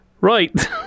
Right